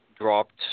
dropped